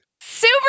Super